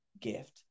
gift